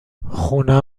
خونه